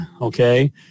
okay